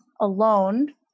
alone